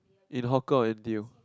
in hawker or N_T_U